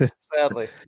sadly